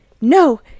No